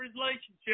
relationship